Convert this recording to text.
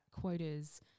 quotas